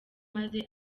maze